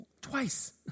Twice